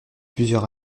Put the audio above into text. plusieurs